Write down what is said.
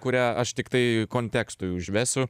kurią aš tiktai kontekstui užvesiu